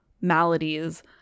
maladies